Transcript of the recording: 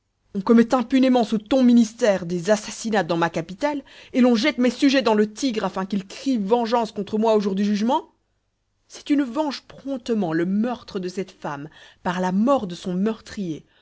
on commet impunément sous ton ministère des assassinats dans ma capitale et l'on jette mes sujets dans le tigre afin qu'ils crient vengeance contre moi au jour du jugement si tu ne venges promptement le meurtre de cette femme par la mort de son meurtrier